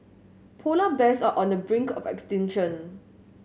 polar bears are on the brink of extinction